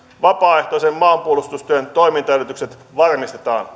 vapaaehtoisen maanpuolustuksen toimintaedellytykset varmistetaan